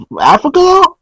Africa